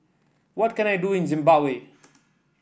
what can I do in Zimbabwe